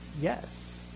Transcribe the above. Yes